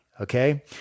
okay